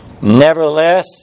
Nevertheless